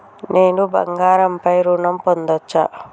నేను బంగారం పై ఋణం పొందచ్చా?